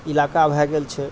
इलाका भए गेल छै